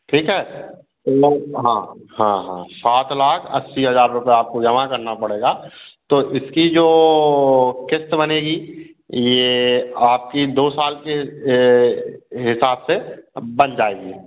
ठीक है लो हाँ हाँ सात लाख अस्सी हज़ार रुपये आपको जमा करना पड़ेगा तो इसकी जो क़िस्त बनेगी यह आपकी दो साल के हिसाब से बन जाएगी